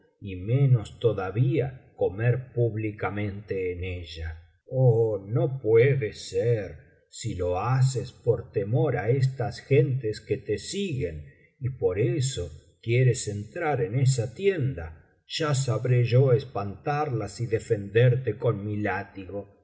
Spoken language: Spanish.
y menos todavía comer públicamente en ella oh no puede ser si lo haces por temor á estas gentes que te siguen y por eso quieres entrar en esa tienda ya sabré yo espantarlas y defenderte con mi látigo